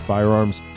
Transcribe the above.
Firearms